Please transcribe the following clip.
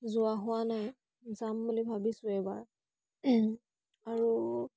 যোৱা হোৱা নাই যাম বুলি ভাবিছোঁ এইবাৰ আৰু